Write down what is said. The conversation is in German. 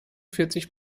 vierzig